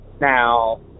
Now